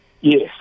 yes